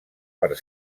per